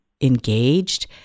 engaged